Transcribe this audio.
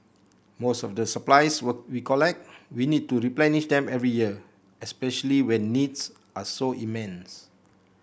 most of the supplies we collect we need to replenish them every year especially when needs are so immense